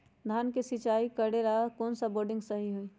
धान के सिचाई करे ला कौन सा बोर्डिंग सही होई?